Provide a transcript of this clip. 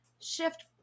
shift